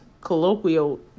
colloquial